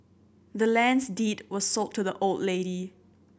the land's deed was sold to the old lady